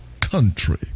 country